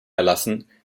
erlassen